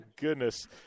goodness